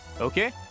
okay